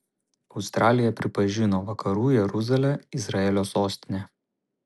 australija pripažino vakarų jeruzalę izraelio sostine